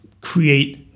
create